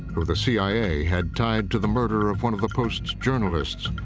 who the c i a. had tied to the murder of one of the post's journalists,